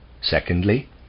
Secondly